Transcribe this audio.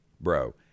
bro